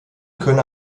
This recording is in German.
könne